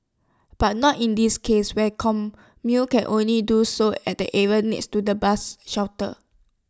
but not in this case where commuters can only do so at the area next to the bus shelter